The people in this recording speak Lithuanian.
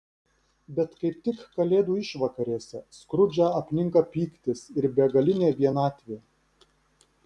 bet kaip tik kalėdų išvakarėse skrudžą apninka pyktis ir begalinė vienatvė